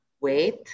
wait